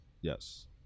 Yes